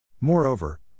Moreover